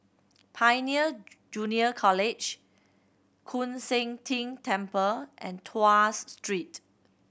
Pioneer Junior College Koon Seng Ting Temple and Tuas Street